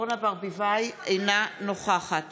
ברביבאי, אינה נוכחת